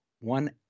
one